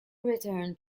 returned